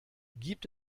gibt